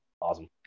awesome